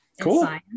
cool